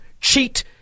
cheat